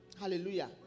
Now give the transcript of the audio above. Hallelujah